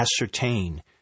ascertain